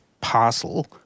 parcel